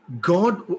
God